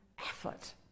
effort